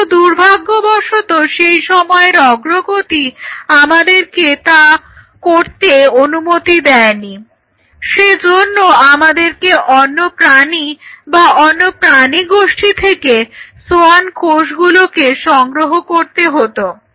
কিন্তু দুর্ভাগ্যবশত সেই সময়ের অগ্রগতি আমাদেরকে তা করতে অনুমতি দেয়নি সেজন্য আমাদেরকে অন্য প্রাণী বা অন্য প্রাণী গোষ্ঠীর থেকে সোয়ান কোষগুলোকে সংগ্রহ করতে হতো